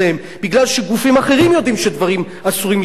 מפני שגופים אחרים יודעים שדברים עשויים להתפרסם.